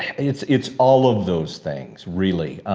it's it's all of those things really.